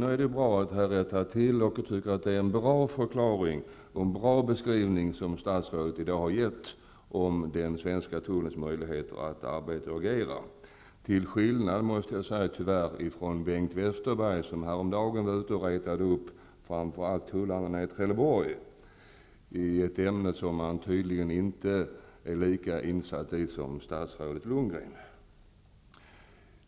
Nu är det bra att detta har rättats till, och jag tycker att det är en bra förklaring och en bra beskrivning som statsrådet i dag har gett när det gäller den svenska tullens möjligheter att arbeta och agera. Det var skillnad, måste jag tyvärr säga, när Bengt Westerberg häromdagen var ute och retade upp framför allt tullarna i Trelleborg i ett ämne som han tydligen inte är lika insatt i som statsrådet